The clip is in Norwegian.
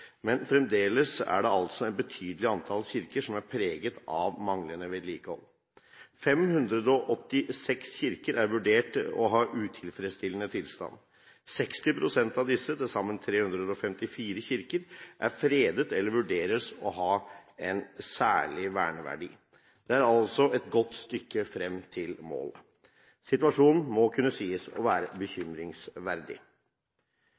men fremdeles er det altså et betydelig antall kirker som er preget av manglende vedlikehold. 586 kirker er vurdert å ha utilfredsstillende tilstand. 60 pst. av disse, til sammen 354 kirker, er fredet eller vurderes å ha en særlig verneverdi. Det er altså et godt stykke frem til målet. Situasjonen må kunne sies å være